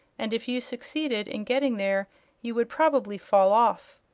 and if you succeeded in getting there you would probably fall off.